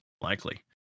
likely